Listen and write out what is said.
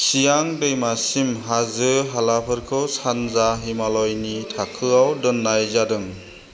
सियां दैमासिम हाजो हालाफोरखौ सानजा हिमालयनि थाखोआव दोननाय जादों